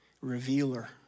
revealer